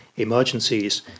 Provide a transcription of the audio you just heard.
emergencies